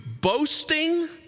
boasting